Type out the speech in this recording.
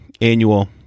annual